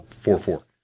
four-four